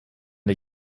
der